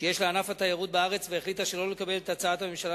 שיש לענף התיירות בארץ והחליטה שלא לקבל את הצעת הממשלה